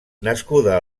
nascuda